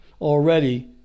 already